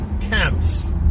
camps